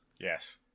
Yes